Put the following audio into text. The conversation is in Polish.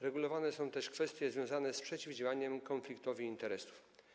Regulowane są też kwestie związane z przeciwdziałaniem konfliktowi interesów.